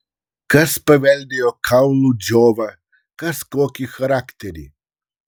kas paveldėjo kaulų džiovą kas kokį charakterį